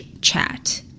chat